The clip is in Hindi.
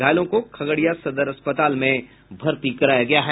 घायलों को खगड़िया सदर अस्पताल में भर्ती कराया गया है